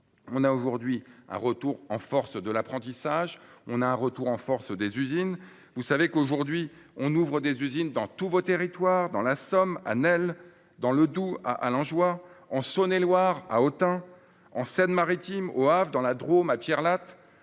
aujourd'hui à un retour en force de l'apprentissage et à un retour en force des usines. Vous le savez, on ouvre aujourd'hui des usines dans tous vos territoires : dans la Somme, à Nesle ; dans le Doubs, à Allenjoie ; en Saône-et-Loire, à Autun ; en Seine-Maritime, au Havre ; dans la Drôme, à Pierrelatte